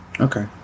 Okay